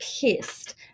pissed